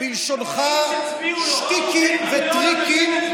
או בלשונך שטיקים וטריקים,